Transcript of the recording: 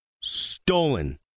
stolen